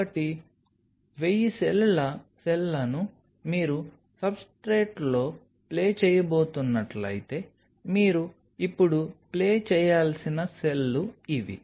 కాబట్టి 1000 సెల్ల సెల్లను మీరు సబ్స్ట్రేట్లో ప్లే చేయబోతున్నట్లయితే మీరు ఇప్పుడు ప్లే చేయాల్సిన సెల్లు ఇవి